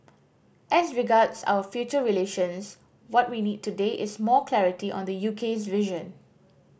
as regards our future relations what we need today is more clarity on the UK's vision